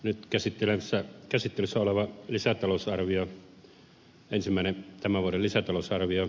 nyt käsittelyssä oleva lisätalousarvio ensimmäinen tämän vuoden lisätalousarvio